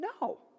No